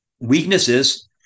weaknesses